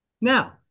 Now